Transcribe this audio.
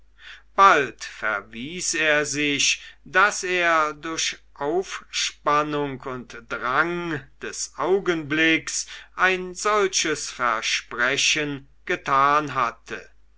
bald verwies er sich daß er durch aufspannung und drang des augenblicks ein solches versprechen getan hatte